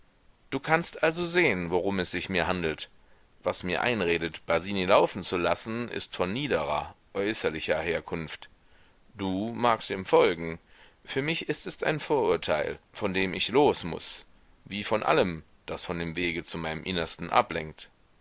du kannst also sehen worum es sich mir handelt was mir einredet basini laufen zu lassen ist von niederer äußerlicher herkunft du magst dem folgen für mich ist es ein vorurteil von dem ich los muß wie von allem das von dem wege zu meinem innersten ablenkt